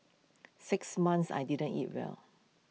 six months I didn't eat well